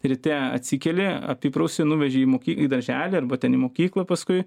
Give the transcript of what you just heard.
ryte atsikeli apiprausi nuveži į moky darželį arba ten į mokyklą paskui